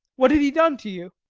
what had he done to you?